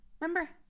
remember